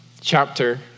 chapter